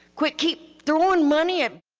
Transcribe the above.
quit keep throwing money at.